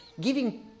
giving